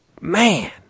man